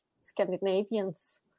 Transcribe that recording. Scandinavians